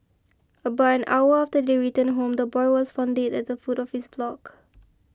about an hour after they returned home the boy was found dead at the foot of his block